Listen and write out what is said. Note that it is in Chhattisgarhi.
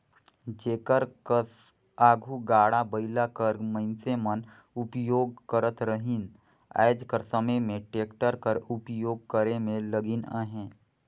जेकर कस आघु गाड़ा बइला कर मइनसे मन उपियोग करत रहिन आएज कर समे में टेक्टर कर उपियोग करे में लगिन अहें